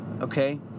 okay